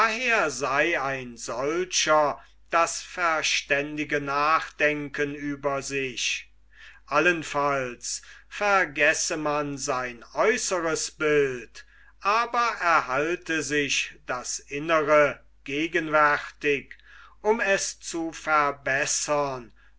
daher sei ein solcher das verständige nachdenken über sich allenfalls vergesse man sein äußeres bild aber erhalte sich das innere gegenwärtig um es zu verbessern